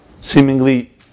seemingly